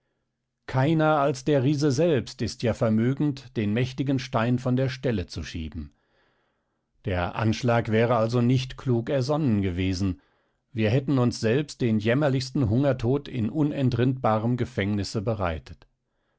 keiner als der riese selbst ist ja vermögend den mächtigen stein von der stelle zu schieben der anschlag wäre also nicht klug ersonnen gewesen wir hätten uns selbst den jämmerlichsten hungertod in unentrinnbarem gefängnisse bereitet